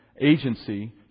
agency